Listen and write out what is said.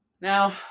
Now